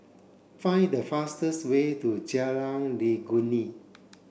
find the fastest way to Jalan Legundi